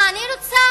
מה אני רוצה?